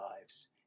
lives